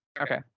Okay